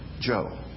Joe